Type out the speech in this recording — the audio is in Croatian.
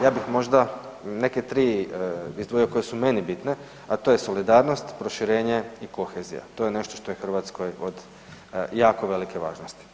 Ja bih možda neke tri izdvojio koje su meni bitne, a to je solidarnost, proširenje i kohezija to je nešto što je Hrvatskoj od jako velike važnosti.